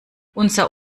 unser